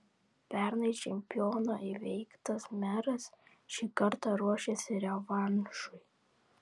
pernai čempiono įveiktas meras šį kartą ruošiasi revanšui